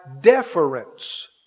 deference